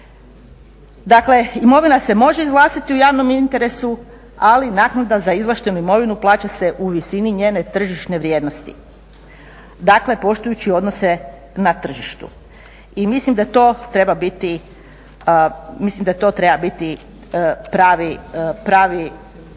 Dakle, imovina se može izvlastiti u javnom interesu ali naknada za izvlaštenu imovinu plaća se u visini njene tržišne vrijednosti. Dakle, poštujući odnose na tržištu. I mislim da to treba biti pravi